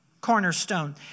cornerstone